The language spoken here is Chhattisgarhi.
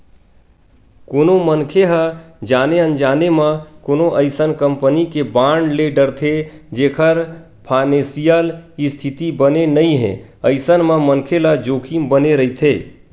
कोनो मनखे ह जाने अनजाने म कोनो अइसन कंपनी के बांड ले डरथे जेखर फानेसियल इस्थिति बने नइ हे अइसन म मनखे ल जोखिम बने रहिथे